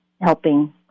helping